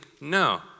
no